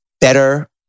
better